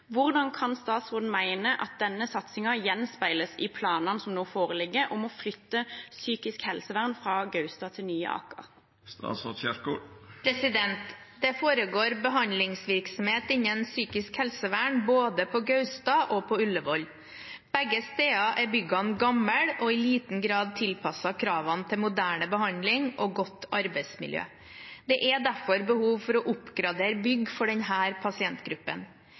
Hvordan kan statsråden mene at denne satsingen gjenspeiles i planene som nå foreligger, om å flytte psykisk helsevern fra Gaustad til nye Aker?» Det foregår behandlingsvirksomhet innen psykisk helsevern både på Gaustad og på Ullevål. Begge steder er byggene gamle og i liten grad tilpasset kravene til moderne behandling og godt arbeidsmiljø. Det er derfor behov for oppgraderte bygg for denne pasientgruppen.